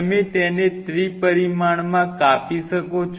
તમે તેને ત્રિપરિમાણમાં કાપી શકો છો